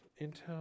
intel